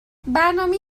برنامهی